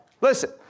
Listen